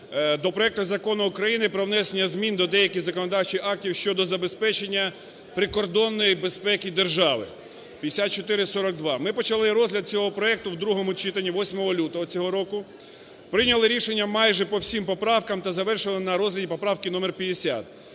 до проекту Закону України про внесення змін до деяких законодавчих актів щодо забезпечення прикордонної безпеки держави (5442). Ми почали розгляд цього проекту в другому читанні 8 лютого цього року, прийняли рішення майже по всім поправкам та завершили на розгляді поправки номер 50,